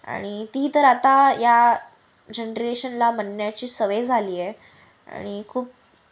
आणि ती तर आता या जनरेशनला म्हणण्याची सवय झाली आहे आणि खूप